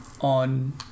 on